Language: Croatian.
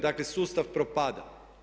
Dakle, sustav propada.